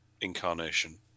incarnation